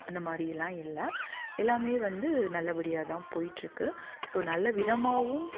அந்தமாதிரியெல்லாம் இல்லை எல்லாமே வந்து நல்லபடியாக தான் போயிகிட்ருக்கு ஸோ நல்லவிதமாகவும்